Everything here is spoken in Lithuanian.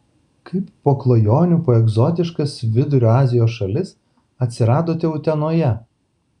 kaip po klajonių po egzotiškas vidurio azijos šalis atsiradote utenoje